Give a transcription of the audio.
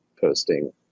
posting